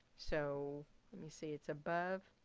so let me see it's above,